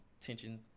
tension